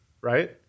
Right